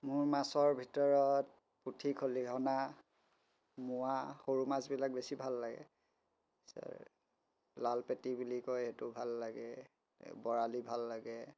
মোৰ মাছৰ ভিতৰত পুঠি খলিহনা মোৱা সৰু মাছবিলাক বেছি ভাল লাগে লাল পেটি বুলি কয় এইটো ভাল লাগে বৰালি ভাল লাগে